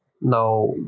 Now